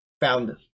Found